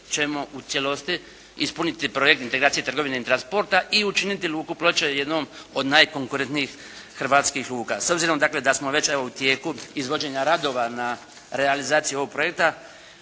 ćemo u cijelosti ispuniti projekt integracije trgovine i transporta i učiniti Luku Ploče jednom od najkonkurentnijih hrvatskih luka. S obzirom dakle da smo već evo u tijeku izvođenja radova na realizaciji ovog projekta,